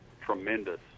tremendous